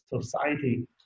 society